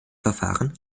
verfahren